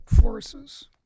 forces